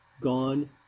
gone